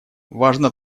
важно